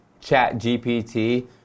ChatGPT